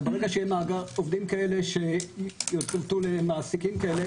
וברגע שיהיה מאגר של עובדים כאלה שיצוותו למעסיקים כאלה,